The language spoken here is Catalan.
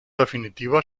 definitiva